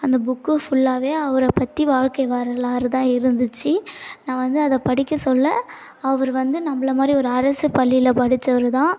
அந்த புக்கு ஃபுல்லாகவே அவரைப் பற்றி வாழ்க்கை வரலாறு தான் இருந்துச்சு நான் வந்து அதை படிக்கச்சொல்ல அவர் வந்து நம்பளை மாதிரி ஒரு அரசுப் பள்ளியில் படிச்சவர்தான்